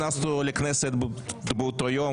נכנסנו לכנסת באותו יום,